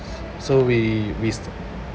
so we we st~